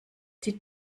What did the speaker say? die